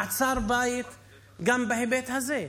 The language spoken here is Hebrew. מעצר בית גם בהיבט הזה,